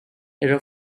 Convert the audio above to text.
era